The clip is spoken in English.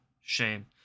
shame